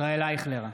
ישראל אייכלר,